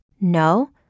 No